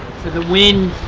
the wind,